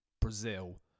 Brazil